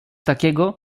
takiego